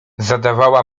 zadawała